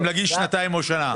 אם להגיש שנתיים או שנה.